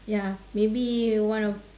ya maybe one of